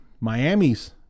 Miami's